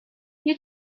you